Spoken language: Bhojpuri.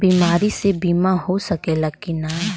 बीमारी मे बीमा हो सकेला कि ना?